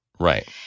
Right